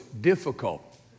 difficult